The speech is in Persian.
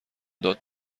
داد